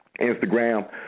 Instagram